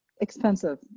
expensive